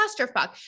clusterfuck